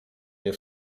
nie